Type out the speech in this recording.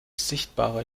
sichtbare